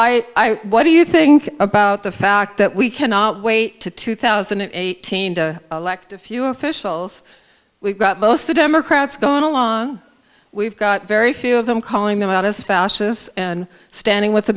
up i what do you think about the fact that we cannot wait to two thousand and eighteen to elect a few officials we've got both the democrats gone along we've got very few of them calling them out and spouses and standing with the